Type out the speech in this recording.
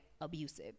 abusive